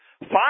Five